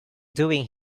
doing